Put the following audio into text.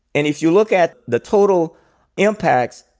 and if you look at the total impacts,